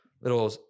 Little